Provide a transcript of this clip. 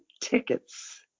tickets